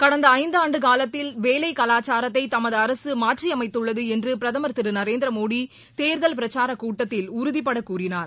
கடந்த ஐந்து ஆண்டு காலத்தில் வேலை கலாச்சாரத்தை தமது அரசு மாற்றியமைத்துள்ளது என்று பிரதமர் திரு நரேந்திரமோடி தேர்தல் பிரச்சார கூட்டத்தில் உறுதிபட கூறினார்